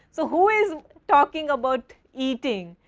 so, who is talking about eating,